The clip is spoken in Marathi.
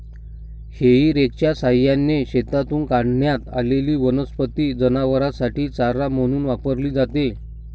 हेई रेकच्या सहाय्याने शेतातून काढण्यात आलेली वनस्पती जनावरांसाठी चारा म्हणून वापरली जाते